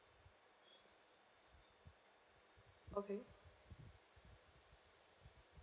okay